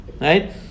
right